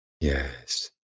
Yes